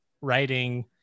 writing